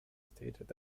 stated